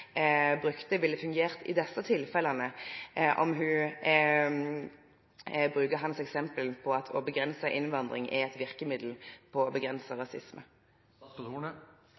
brukte, ville fungert i disse tilfellene, om hun bruker hans eksempel, at å begrense innvandring er et virkemiddel for å begrense